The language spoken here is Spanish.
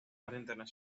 internacional